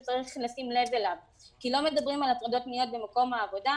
לא מדברים על הטרדות מיניות במקום העבודה,